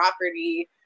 property